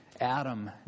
Adam